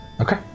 Okay